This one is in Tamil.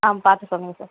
ஆ பார்த்து சொல்லுங்கள் சார்